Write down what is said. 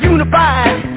Unified